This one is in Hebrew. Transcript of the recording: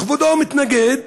וכבודו מתנגד,